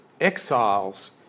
exiles